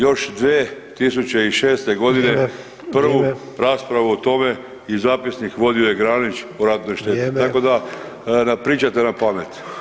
Još 2006. godine [[Upadica: Vrijeme.]] prvu raspravu o tome i zapisnik vodio je Granić o ratnoj šteti, tako [[Upadica: Vrijeme.]] da nam pričate napamet.